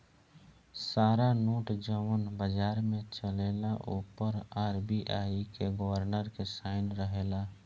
सारा नोट जवन बाजार में चलेला ओ पर आर.बी.आई के गवर्नर के साइन रहेला